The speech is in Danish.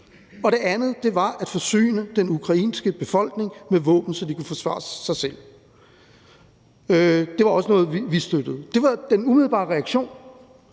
Og det andet var at forsyne den ukrainske befolkning med våben, så de kunne forsvare sig selv. Det var også noget, vi støttede. Det var den umiddelbare reaktion.